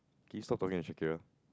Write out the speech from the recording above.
Can you stop talking to Shakira